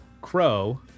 Crow